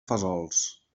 fesols